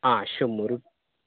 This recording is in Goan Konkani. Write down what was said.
आं शंबर रुपया